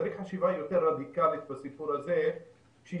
צריך פה חשיבה יותר רדיקלית בסיפור הזה ולא